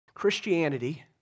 Christianity